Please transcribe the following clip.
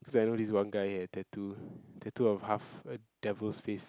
cause I know this one guy he had tattoo tattoo of half a devil's face